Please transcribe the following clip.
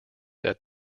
that